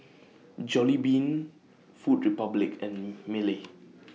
Jollibean Food Republic and Mili